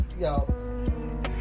Yo